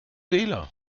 wähler